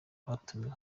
abatumiwe